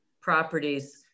properties